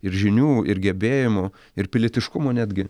ir žinių ir gebėjimų ir pilietiškumo netgi